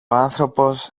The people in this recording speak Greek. άνθρωπος